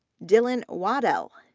dylan waddell,